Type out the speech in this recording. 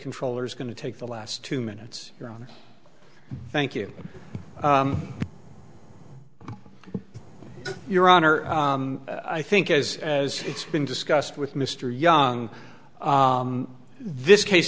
controller is going to take the last two minutes thank you your honor i think as as it's been discussed with mr young this case